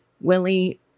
Willie